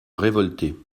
révolter